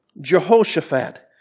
Jehoshaphat